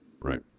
Right